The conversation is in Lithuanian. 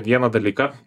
vieną dalyką